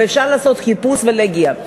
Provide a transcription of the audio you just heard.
ואפשר לעשות חיפוש ולהגיע.